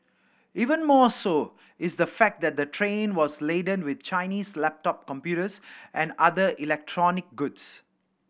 even more so is the fact that the train was laden with Chinese laptop computers and other electronic goods